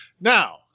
Now